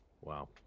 wow